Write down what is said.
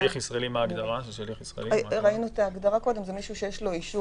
שליח ישראלי זה מישהו שיש לו אישור